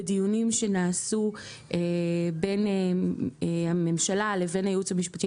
בדיונים שנעשו בין הממשלה לבין הייעוץ המשפטי